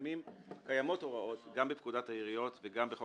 קיימות הוראות גם בפקודת העיריות וגם בחוק